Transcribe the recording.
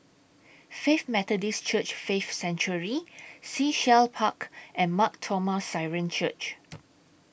Faith Methodist Church Faith Sanctuary Sea Shell Park and Mar Thoma Syrian Church